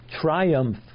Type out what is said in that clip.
triumph